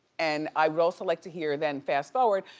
and i would also like to hear then fast forward,